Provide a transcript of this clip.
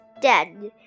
dead